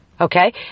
Okay